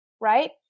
Right